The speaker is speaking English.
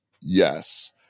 Yes